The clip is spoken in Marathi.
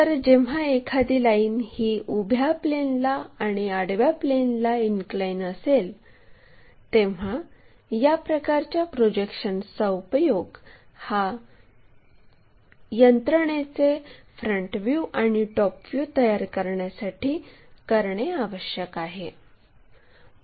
तर जेव्हा एखादी लाईन ही उभ्या प्लेनला आणि आडव्या प्लेनला इनक्लाइन असेल तेव्हा या प्रकारच्या प्रोजेक्शन्सचा उपयोग हा यंत्रणेचे फ्रंट व्ह्यू आणि टॉप व्ह्यू तयार करण्यासाठी करणे आवश्यक आहे